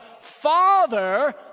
Father